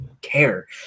care